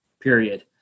period